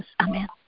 Amen